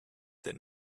that